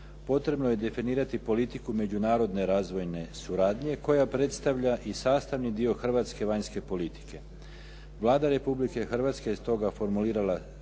potrebno je definirati politiku međunarodne razvojne suradnje koja predstavlja i sastavni dio hrvatske vanjske politike. Vlada Republike Hrvatske je stoga formulirala